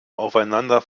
aufeinander